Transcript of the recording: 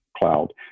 cloud